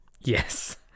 yes